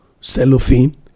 cellophane